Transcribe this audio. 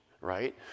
right